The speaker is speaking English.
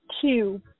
two